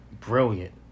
brilliant